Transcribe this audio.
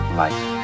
life